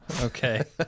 Okay